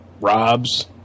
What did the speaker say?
Rob's